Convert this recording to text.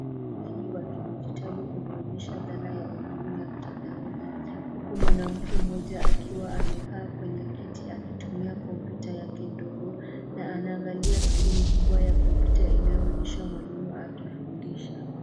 Mfumo hii wa kidijitali unaonyesha dhana ya elimu ya mtandaoni huku mwanamke mmoja akiwa amekaa kwenye kiti akitumia kompyuta yake ndogo na anaangalia skrini kubwa ya kompyuta inayoonyesha mwalimu akifundisha.